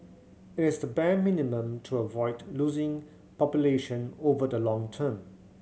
it is the bare minimum to avoid losing population over the long term